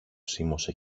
σίμωσε